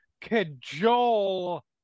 cajole